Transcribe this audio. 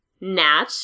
Nat